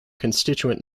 constituent